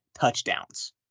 touchdowns